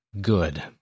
good